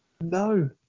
no